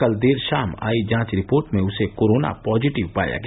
कल देर शाम आयी जांच रिपोर्ट में उसे कोरोना पॉजिटिव पाया गया